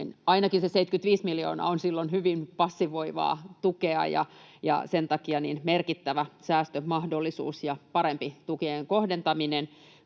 ainakin se 75 miljoonaa on silloin hyvin passivoivaa tukea ja sen takia merkittävä säästömahdollisuus ja parempi tukien kohdentaminen